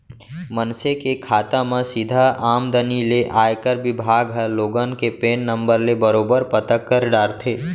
मनसे के खाता म सीधा आमदनी ले आयकर बिभाग ह लोगन के पेन नंबर ले बरोबर पता कर डारथे